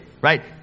right